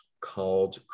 called